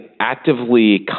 actively